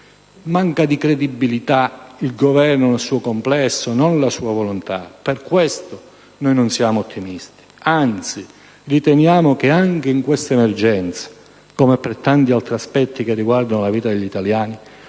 manca di credibilità il Governo nel suo complesso, non la sua volontà. Per questo, noi non siamo ottimisti, anzi, riteniamo che anche in questa emergenza, come per tanti altri aspetti che riguardano la vita degli italiani,